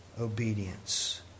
obedience